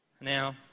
Now